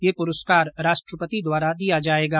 ये पुरस्कार राष्ट्रपति द्वारा दिया जाएगा